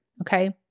okay